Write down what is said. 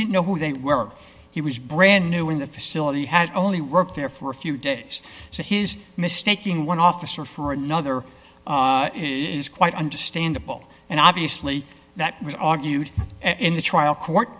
know who they were he was brand new in the facility had only worked there for a few days so his mistaking one officer for another is quite understandable and obviously that was argued in the trial court